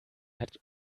hat